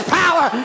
power